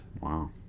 Wow